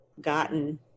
gotten